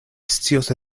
scios